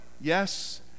yes